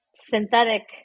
synthetic